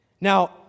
Now